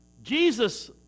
Jesus